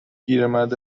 پیرمرد